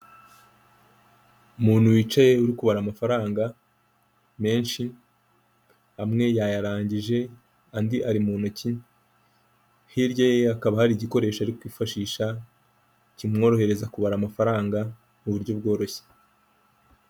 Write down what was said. Umuntu wicaye uri kubara amafaranga menshi amwe yayarangije andi ari mu ntoki, hirya ye hakaba hari igikoresho ari kwifashisha kimworohereza kubara amafaranga mu buryo bworoshye.